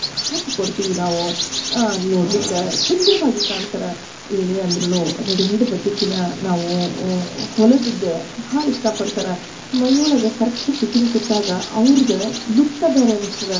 ಹಾಕಿ ಕೊಡ್ತೀವಿ ನಾವು ನೋಡ್ಲಿಕ್ಕೆ ಸುಂದರವಾಗಿ ಕಾಣ್ತಾರ ಏನೇ ಅಂದ್ರೂ ರೆಡಿಮೇಡ್ ಬಟ್ಟೆಕ್ಕಿನ ನಾವು ಹೊಲದದ್ದು ಭಾಳ ಇಷ್ಟಪಡ್ತಾರೆ ಮೈಯೊಳಗೆ ಕರೆಕ್ಟ್ ಫಿಟ್ಟಿಂಗ್ ಕೂತಾಗ ಅವ್ರ್ದು ಲುಕ್ಕೇ ಬೇರೆ ಅನ್ಸ್ತದೆ